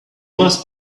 must